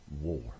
war